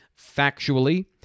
factually